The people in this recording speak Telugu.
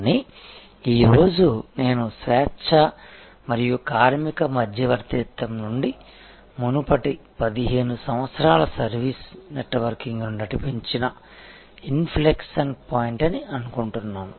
కానీ ఈ రోజు నేను స్వేచ్ఛ మరియు కార్మిక మధ్యవర్తిత్వం నుండి మునుపటి 15 సంవత్సరాల సర్వీసు నెట్వర్కింగ్ని నడిపించిన ఇన్ఫ్లెక్షన్ పాయింట్ అని అనుకుంటున్నాను